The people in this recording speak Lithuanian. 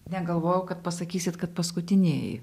negalvojau kad pasakysit kad paskutinieji